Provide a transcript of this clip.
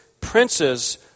princes